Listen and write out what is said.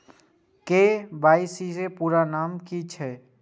KYC के पूरा नाम की छिय?